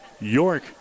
York